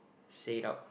say it out